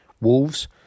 Wolves